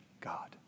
God